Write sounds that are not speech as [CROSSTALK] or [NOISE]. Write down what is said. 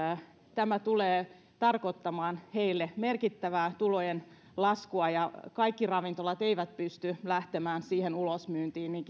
tämä tulee tarkoittamaan heille merkittävää tulojen laskua ja kaikki ravintolat eivät pysty lähtemään siihen ulosmyyntiin niin [UNINTELLIGIBLE]